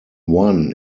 one